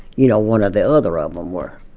you know, one or the other of them were.